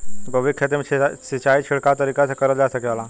गोभी के खेती में सिचाई छिड़काव तरीका से क़रल जा सकेला?